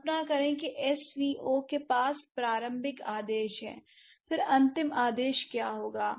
कल्पना करें कि एसवीओ के पास प्रारंभिक आदेश है फिर अंतिम आदेश क्या होगा